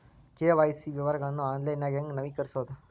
KYC ವಿವರಗಳನ್ನ ಆನ್ಲೈನ್ಯಾಗ ಹೆಂಗ ನವೇಕರಿಸೋದ